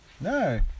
No